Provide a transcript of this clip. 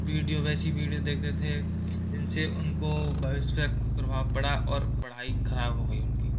video वैसी video देखते थे जिन से उनको भविष्य पर प्रभाव पड़ा और पढ़ाई ख़राब हो गई उनकी